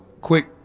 quick